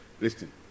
listen